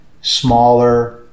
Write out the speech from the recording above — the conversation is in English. smaller